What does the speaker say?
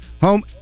home